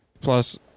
Plus